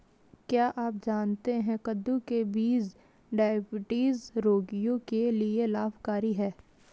क्या आप जानते है कद्दू के बीज डायबिटीज रोगियों के लिए लाभकारी है?